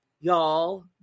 Y'all